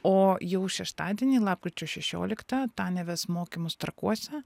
o jau šeštadienį lapkričio šešioliktą tania ves mokymus trakuose